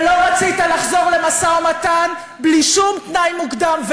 ולא רצית לחזור למשא-ומתן בלי שום תנאי מוקדם.